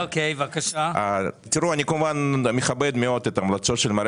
הרי כבר אישרנו את זה שנה